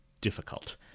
difficult